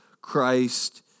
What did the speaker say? Christ